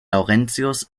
laurentius